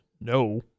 No